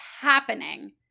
happening